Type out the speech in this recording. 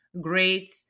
great